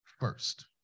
first